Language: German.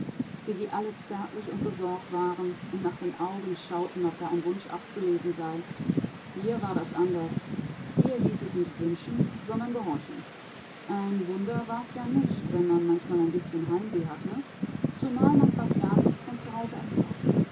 wie sie alle zärtlich und besorgt waren und nach den augen schauten ob da ein wunsch abzulesen sei hier war das anders hier hieß es nicht wünschen sondern gehorchen ein wunder war's ja nicht wenn man manchmal ein bißchen heimweh hatte zumal man fast gar nichts von hause